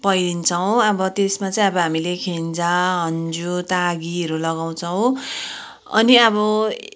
पहिरिन्छौँ अब त्यसमा चाहिँ अब हामीले खेन्जा हन्जु तागीहरू लगाउँछौँ अनि अब